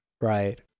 right